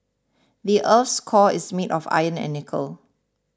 the earth's core is made of iron and nickel